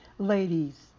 Ladies